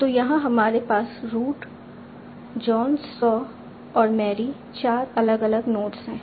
तो यहाँ हमारे पास रूट जॉन सॉ और मैरी 4 अलग अलग नोड्स हैं